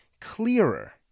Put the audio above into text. clearer